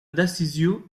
decisió